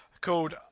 called